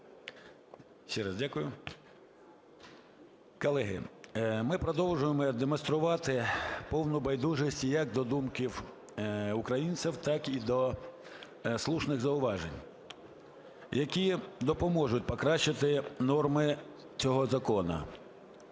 Колеги, ми продовжуємо демонструвати повну байдужість як до думки українців, так і до слушних зауважень, які допоможуть покращити норми цього закону.